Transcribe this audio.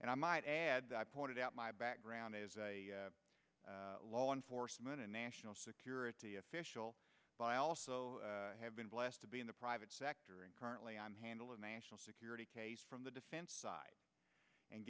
and i might add that i pointed out my background is law enforcement and national security official by also have been blessed to be in the private sector and currently i'm handling national security case from the defense side and